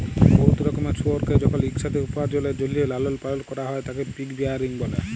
বহুত রকমের শুয়রকে যখল ইকসাথে উপার্জলের জ্যলহে পালল ক্যরা হ্যয় তাকে পিগ রেয়ারিং ব্যলে